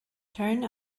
turn